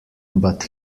but